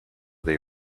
they